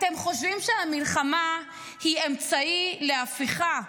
אתם חושבים שהמלחמה היא אמצעי להפיכה,